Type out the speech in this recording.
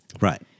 Right